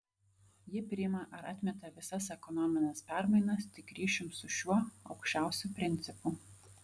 ji priima ar atmeta visas ekonomines permainas tik ryšium su šiuo aukščiausiu principu